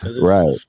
Right